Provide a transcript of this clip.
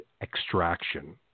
Extraction